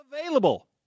Available